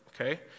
okay